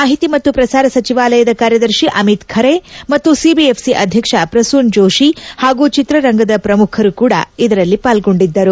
ಮಾಹಿತಿ ಮತ್ತು ಪ್ರಸಾರ ಸಚಿವಾಲಯದ ಕಾರ್ಯದರ್ಶಿ ಅಮಿತ್ ಖರೆ ಮತ್ತು ಸಿಬಿಎಫ್ಸಿ ಅಧ್ಯಕ್ಷ ಪ್ರಸೂನ್ ಜೋಷಿ ಹಾಗೂ ಚಿತ್ರರಂಗದ ಪ್ರಮುಖರು ಕೂಡ ಪಾಲ್ಗೊಂಡಿದ್ದರು